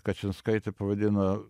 kačinskaitė pavadino